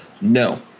no